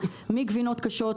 מגבינות קשות,